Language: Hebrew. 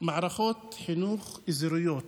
מערכות חינוך אזוריות.